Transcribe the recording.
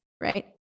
right